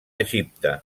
egipte